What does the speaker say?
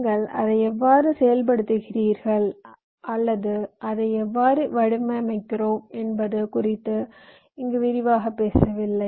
நீங்கள் அதை எவ்வாறு செயல்படுத்துகிறீர்கள் அல்லது அதை எவ்வாறு வடிவமைக்கிறோம் என்பது குறித்து இங்கு விரிவாகப் பேசவில்லை